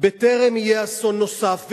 בטרם יהיה אסון נוסף,